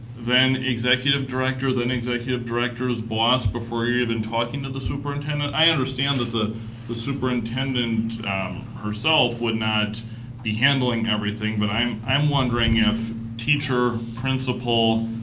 then executive director, then executive director's boss before you're even talking to the superintendent. i understand that the the superintendent herself would not be handling everything. but i'm i'm wondering if teacher, principal,